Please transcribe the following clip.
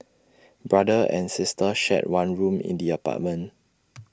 brother and sister shared one room in the apartment